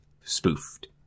spoofed